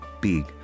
big